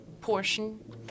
Portion